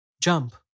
jump